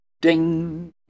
Ding